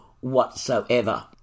whatsoever